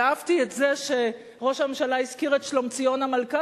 ואהבתי את זה שראש הממשלה הזכיר את שלומציון המלכה.